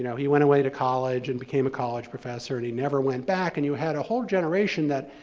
you know he went away to college and became a college professor and he never went back, and you had a whole generation that,